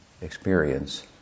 experience